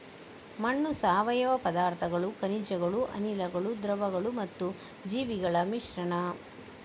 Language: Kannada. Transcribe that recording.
ಮಣ್ಣು ಸಾವಯವ ಪದಾರ್ಥಗಳು, ಖನಿಜಗಳು, ಅನಿಲಗಳು, ದ್ರವಗಳು ಮತ್ತು ಜೀವಿಗಳ ಮಿಶ್ರಣ